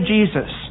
Jesus